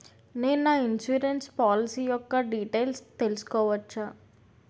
నేను నా insurance policy యెక్క డీటైల్స్ తెల్సుకోవచ్చా?